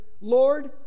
Lord